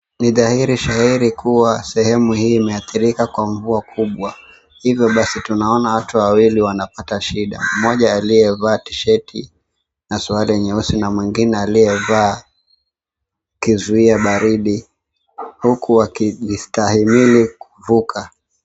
Ni dhahiri shahiri kuwa sehemu hii imeathirika kwa mvua kubwa hivyo basi tunaona watu wawili wanapata shida. Mmoja aliyevaa tisheti na suruali nyeusi na mwingine aliyevaa kizuia baridi huku akijistahimili kuvuka